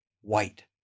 white